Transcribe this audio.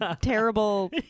terrible